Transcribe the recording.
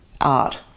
art